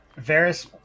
Varys